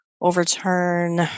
overturn